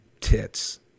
Tits